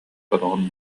сороҕун